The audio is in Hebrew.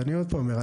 ואני עוד פעם אומר,